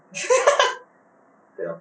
ya